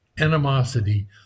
animosity